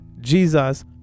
Jesus